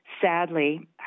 Sadly